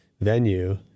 venue